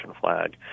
flag